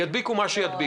וידביקו מה שידביקו.